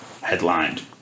headlined